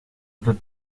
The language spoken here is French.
veut